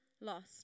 lost